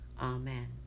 Amen